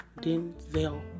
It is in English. Denzel